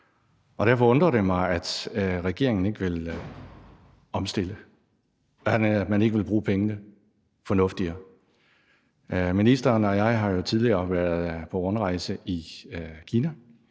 og derfor undrer det mig, at regeringen ikke vil omstille, og at man ikke vil bruge pengene fornuftigere. Ministeren og jeg har jo tidligere været på rundrejse i Kina,